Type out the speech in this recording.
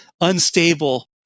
unstable